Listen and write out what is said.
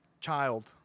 child